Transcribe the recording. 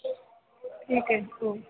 ठीक आहे हो